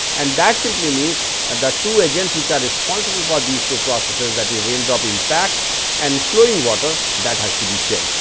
and that simply means and that two agents which are responsible for but these two processes that is raindrop impact and flowing water that has to be checked.